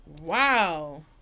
Wow